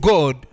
God